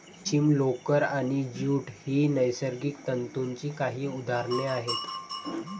रेशीम, लोकर आणि ज्यूट ही नैसर्गिक तंतूंची काही उदाहरणे आहेत